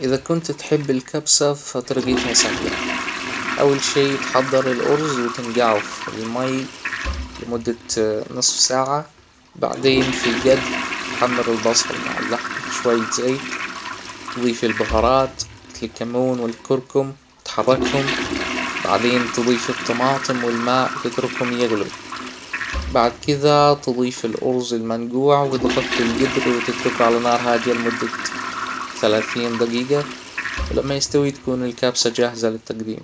إذا كنت تحب الكبسة فطريجتها سهلة: أول شئ تحضر الأرز وتنجعه فى المى لمدة نصف ساعة ، بعدين فى الجدر تحمر البصل مع اللحم فى شويه زيت ضيف البهارات مثل الكمون و الكركم وتحركهم بعدين تضيف الطماطم و الماء و تتركهم يغلوا بعد كده تضيف الأرز المنجوع وتغطى الجدرو تتركه على نار هاديه لمدة ثلاثين دجيجة ولما يستوى تكون الكبسة جاهزة للتجديم